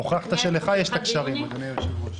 הוכחת שלך יש את הקשרים, אדוני היושב-ראש.